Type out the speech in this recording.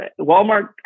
Walmart